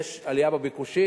יש עלייה בביקושים,